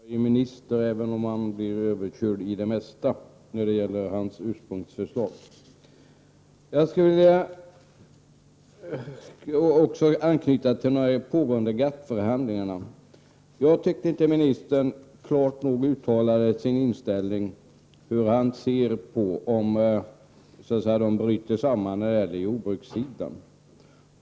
Herr talman! Det är bra att ha en minister som är glad och nöjd även om han blir överkörd i det mesta i fråga om sina ursprungsförslag. Jag skulle vilja anknyta till de pågående GATT-förhandlingarna. Jag tyckte inte att ministern klart nog uttalade sin inställning till vad som händer om dessa förhandlingar bryter samman på jordbrukssidan.